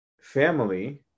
family